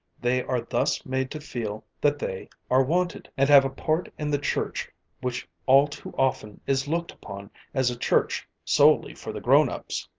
they are thus made to feel that they are wanted, and have a part in the church which all too often is looked upon as a church solely for the grownups.